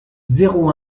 zéro